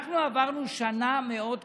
אנחנו עברנו שנה קשה מאוד.